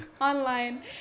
online